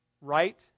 Right